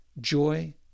joy